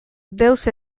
deus